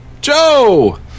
Joe